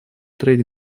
треть